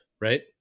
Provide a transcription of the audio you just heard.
right